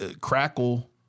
Crackle